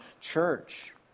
church